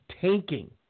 tanking